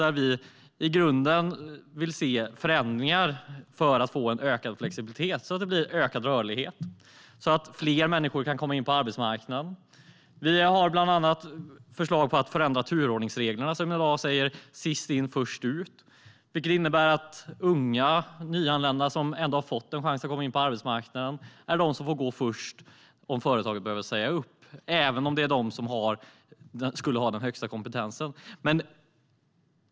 Vi vill i grunden se förändringar för att få en ökad flexibilitet så att det blir ökad rörlighet och fler människor kan komma in på arbetsmarknaden. Vi har bland annat förslag på att förändra turordningsreglerna som i dag säger sist in först ut. Det innebär att unga nyanlända som ändå har fått en chans att komma in på arbetsmarknaden är de som får gå först om företaget behöver säga upp, även om det är de som har den högsta kompetensen.